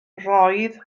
roedd